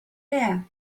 air